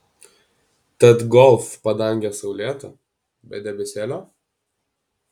tad golf padangė saulėta be debesėlio